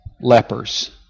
Lepers